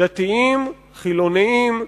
דתיים, חילונים,